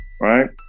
right